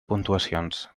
puntuacions